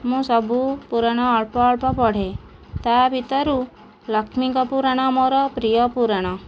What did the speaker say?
ମୁଁ ସବୁ ପୁରାଣ ଅଳ୍ପ ଅଳ୍ପ ପଢ଼େ ତା'ଭିତରୁ ଲକ୍ଷ୍ମୀଙ୍କ ପୁରାଣ ମୋର ପ୍ରିୟ ପୁରାଣ